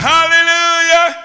Hallelujah